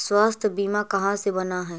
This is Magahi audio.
स्वास्थ्य बीमा कहा से बना है?